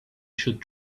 should